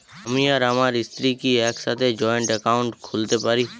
আমি আর আমার স্ত্রী কি একসাথে জয়েন্ট অ্যাকাউন্ট খুলতে পারি?